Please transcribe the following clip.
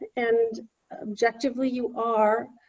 and objectively, you are